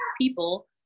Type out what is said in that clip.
people